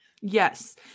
Yes